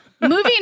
moving